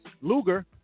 Luger